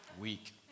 week